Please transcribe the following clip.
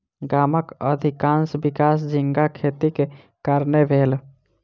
गामक अधिकाँश विकास झींगा खेतीक कारणेँ भेल